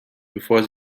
bevor